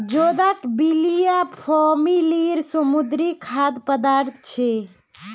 जोदाक बिब्लिया फॅमिलीर समुद्री खाद्य पदार्थ छे